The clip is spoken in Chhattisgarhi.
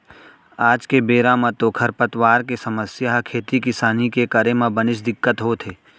आज के बेरा म तो खरपतवार के समस्या ह खेती किसानी के करे म बनेच दिक्कत होथे